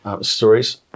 stories